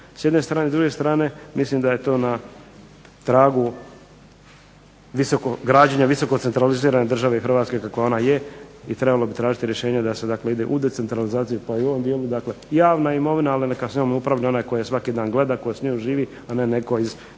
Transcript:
s jedne strane, s druge strane mislim da je to na tragu građenja visoko centralizirane države Hrvatske kakva ona je i trebalo bi tražiti rješenje da se dakle ide u decentralizaciju pa i u ovom dijelu, dakle javna imovina, ali neka s njom upravlja onaj tko je svaki dan gleda, tko s njom živi,a ne netko iz Državne